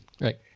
right